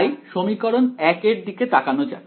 তাই সমীকরণ 1 এর দিকে তাকানো যাক